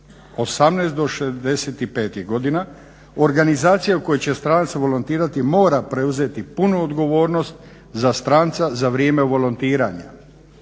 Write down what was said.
18 do 65 je godina. Organizacija u kojoj će stranac volontirati mora preuzeti punu odgovornost za stranca za vrijeme volontiranja.